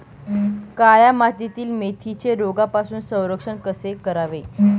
काळ्या मातीतील मेथीचे रोगापासून संरक्षण कसे करावे?